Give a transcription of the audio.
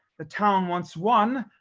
the town once won,